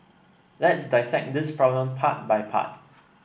let's dissect this problem part by part